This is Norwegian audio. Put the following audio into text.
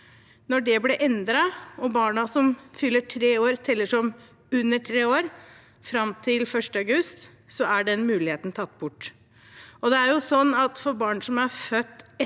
Når det ble endret og barna som fyller tre år, teller som under tre år fram til 1. august, er den muligheten tatt bort. Og for at barn som er født etter